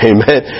Amen